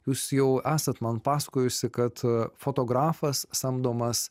jūs jau esat man pasakojusi kad fotografas samdomas